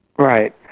right,